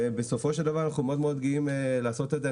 בסופו של דבר אנחנו מאוד גאים לעשות את זה,